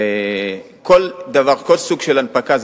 כל סוג של הנפקה,